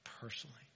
personally